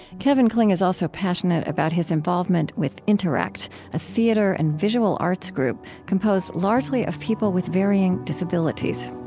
kevin kling is also passionate about his involvement with interact a theater and visual arts group composed largely of people with varying disabilities